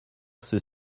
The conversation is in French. ceux